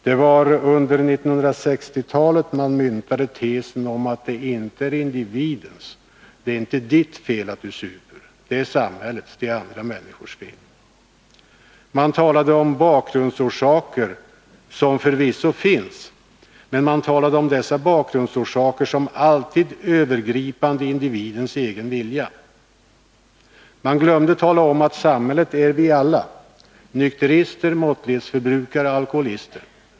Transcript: Det var under 1960-talet man myntade tesen om att alkoholmissbruk inte är individens fel — det är inte ditt fel att du super; det är samhällets, det är andra människors fel. Man talade om bakgrundsorsaker, som förvisso finns, men man talade om dessa bakgrundsorsaker som alltid övergripande individens egen vilja. Man glömde tala om att samhället är vi alla: nykterister, måttlighetsförbrukare, alkoholister.